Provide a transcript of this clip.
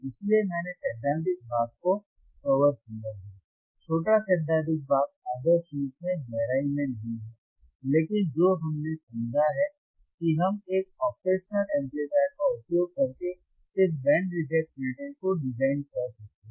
इसलिए मैंने सैद्धांतिक भाग को कवर किया है छोटा सैद्धांतिक भाग आदर्श रूप से गहराई में नहीं है लेकिन जो हमने समझा है कि हम एक ऑपरेशनल एम्पलीफायर का उपयोग करके इस बैंड रिजेक्ट फ़िल्टर को डिज़ाइन कर सकते हैं